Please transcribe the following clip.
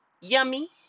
yummy